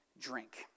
drink